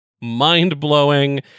mind-blowing